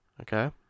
Okay